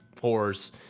horse